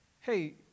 hey